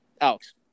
Alex